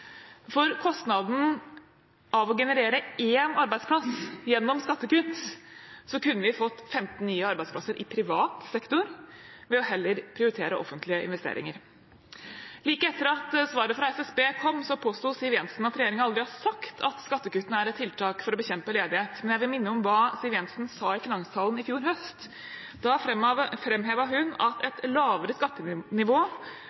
For kostnaden av å generere én arbeidsplass gjennom skattekutt kunne vi fått 15 nye arbeidsplasser i privat sektor ved heller å prioritere offentlige investeringer. Like etter at svaret fra SSB kom, påsto Siv Jensen at regjeringen aldri har sagt at skattekuttene er et tiltak for å bekjempe ledighet, men jeg vil minne om det Siv Jensen sa i finanstalen i fjor høst: Da framhevet hun at